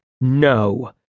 no